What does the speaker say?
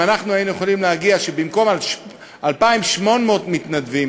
אם היינו יכולים להגיע לזה שבמקום 2,800 מתנדבים